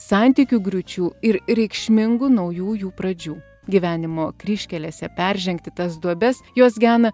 santykių griūčių ir reikšmingų naujųjų pradžių gyvenimo kryžkelėse peržengti tas duobes juos gena